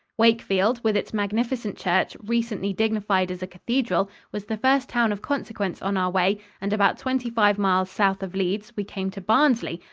wakefield, with its magnificent church, recently dignified as a cathedral, was the first town of consequence on our way, and about twenty-five miles south of leeds we came to barnsley,